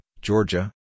Georgia